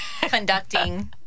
conducting